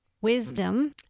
wisdom